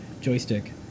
joystick